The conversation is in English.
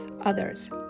others